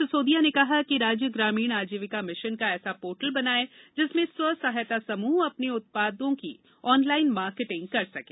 सिसोदिया ने कहा कि राज्य ग्रामीण आजीविका मिशन का ऐसा पोर्टल बनाए जिसमें स्व सहायता समूह अपने उत्पादकों की ऑनलाइन मार्केटिंग कर सकें